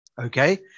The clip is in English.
okay